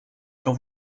quand